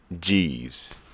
jeeves